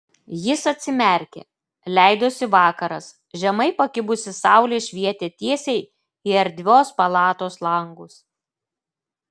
jis atsimerkė leidosi vakaras žemai pakibusi saulė švietė tiesiai į erdvios palatos langus